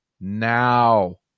now